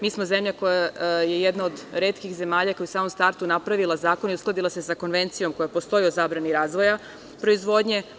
Mi smo zemlja koja je jedna od retkih zemalja koja je u samom startu napravila zakon i uskladila se sa konvencijom koja postoji o zabrani razvoja proizvodnje.